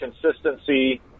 consistency